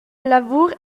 lavur